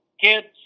kids